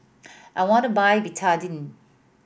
I want to buy Betadine